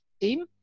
team